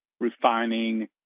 refining